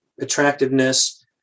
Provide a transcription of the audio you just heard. attractiveness